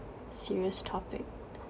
serious topic